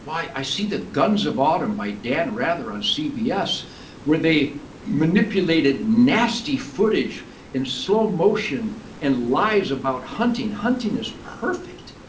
i see the guns of autumn by dan rather on cbs where they manipulated nasty footage in slow motion and lies about hunting. hunting is perfect.